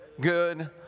good